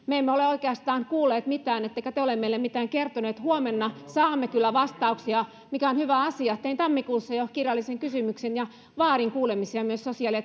me emme ole oikeastaan kuulleet mitään ettekä te ole meille mitään kertonut huomenna saamme kyllä vastauksia mikä on hyvä asia tein tammikuussa jo kirjallisen kysymyksen ja vaadin kuulemisia myös sosiaali